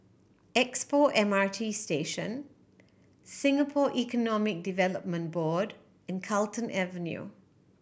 Expo M R T Station Singapore Economic Development Board and Carlton Avenue